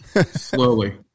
Slowly